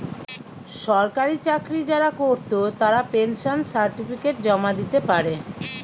সরকারি চাকরি যারা কোরত তারা পেনশন সার্টিফিকেট জমা দিতে পারে